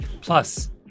plus